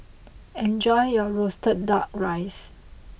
enjoy your Roasted Duck Rice